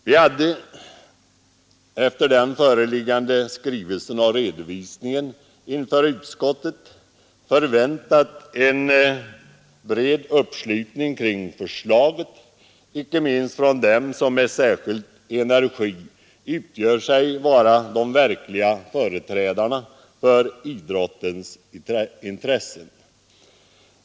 Vi hade efter RF:s skrivelse och redovisningen inför utskottet förväntat en allmän uppslutning kring förslaget, inte minst från dem som med särskild energi utger sig vara de verkliga företrädarna för idrottens intressen.